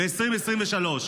2023,